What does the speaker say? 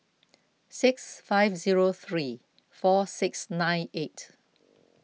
six five zero three four six nine eight